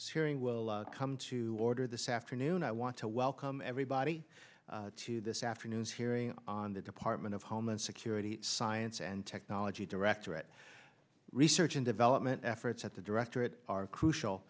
hearing will come to order this afternoon i want to welcome everybody to this afternoon's hearing on the department of homeland security science and technology directorate research and development efforts at the directorate are crucial